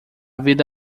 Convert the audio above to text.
vida